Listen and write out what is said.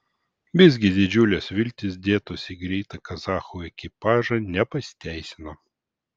visgi didžiulės viltys dėtos į greitą kazachų ekipažą nepasiteisino